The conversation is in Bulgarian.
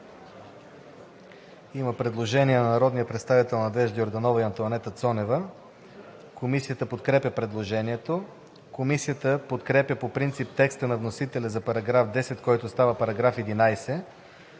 Предложение на народните представители Надежда Йорданова и Антоанета Цонева. Комисията подкрепя предложението. Комисията подкрепя по принцип текста на вносителя за § 42, който става § 48,